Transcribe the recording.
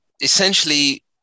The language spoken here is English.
essentially